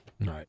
Right